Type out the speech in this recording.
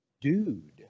dude